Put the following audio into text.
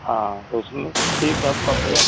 हाँ तो उसमें ठीक है हम कंप्लेन